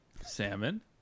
Salmon